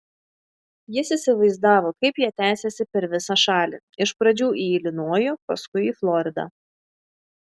jis įsivaizdavo kaip jie tęsiasi per visą šalį iš pradžių į ilinojų paskui į floridą